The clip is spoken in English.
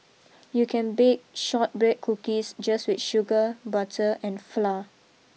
you can bake shortbread cookies just with sugar butter and flour